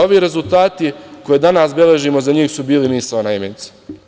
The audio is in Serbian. Ove rezultate koje danas beležimo za njih su bile misaone imenice.